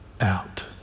out